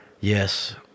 Yes